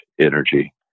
energy